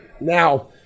Now